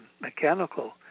mechanical